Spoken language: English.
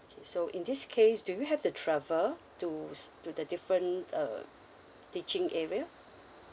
okay so in this case do you have to travel to s~ to the different uh teaching area